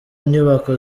nyubako